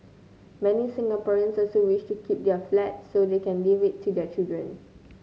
many Singaporeans also wish to keep their flat so they can leave it to their children